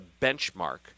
benchmark